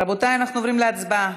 רבותי, אנחנו עוברים להצבעה.